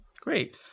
Great